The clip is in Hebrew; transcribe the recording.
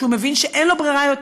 כשהוא מבין שאין לו ברירה יותר.